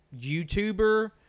youtuber